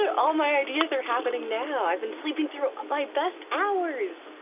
all my ideas are happening now. i've been sleeping through my best hours.